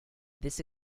this